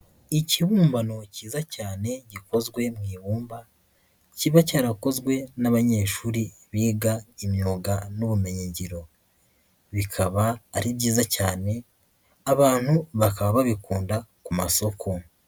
Ikibumbano cyiza cyane gikozwe mu ibumba, kiba cyarakozwe n'abanyeshuri biga imyuga n'ubumenyingiro. Bikaba ari byiza cyane, abantu bakaba babikunda ku masoko.